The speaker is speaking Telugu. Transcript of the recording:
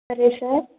సరే సార్